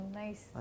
nice